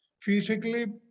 physically